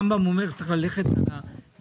הרמב"ם אומר שצריך ללכת על האמצע.